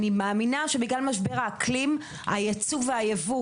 אני מאמינה שבגלל משבר האקלים היצוא והיבוא